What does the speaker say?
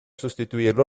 sostituirlo